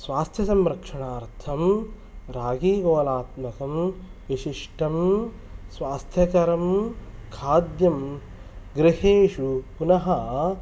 स्वास्थ्यसंरक्षणार्थं रागीगोलात्मकं विशिष्टं स्वास्थ्यकरं खाद्यं गृहेषु पुनः